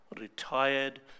Retired